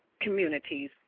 communities